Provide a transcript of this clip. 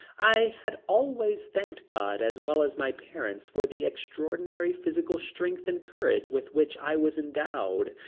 i had always thanked god as well as my parents for the extraordinary physical strength and courage with which i was endowed,